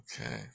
Okay